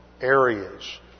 areas